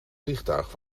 vliegtuig